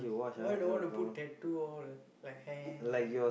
why don't want to put tattoo all like hand